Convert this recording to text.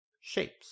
shapes